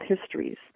histories